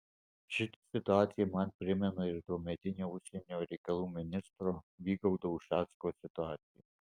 ši situacija man primena ir tuometinio užsienio reikalų ministro vygaudo ušacko situaciją